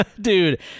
dude